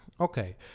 Okay